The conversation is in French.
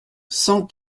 cent